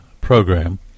program